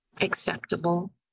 acceptable